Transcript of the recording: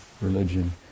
religion